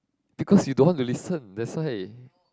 because you don't want to listen that's why